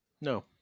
No